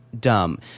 dumb